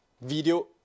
video